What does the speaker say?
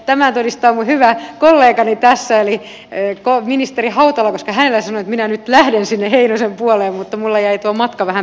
tämän todistaa minun hyvä kollegani tässä eli ministeri hautala koska hänelle sanoin että minä nyt lähden sinne heinosen puoleen mutta minulla jäi tuo matka vähän pitkäksi